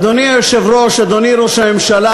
אדוני היושב-ראש, אדוני ראש הממשלה,